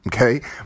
okay